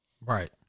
Right